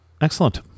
Excellent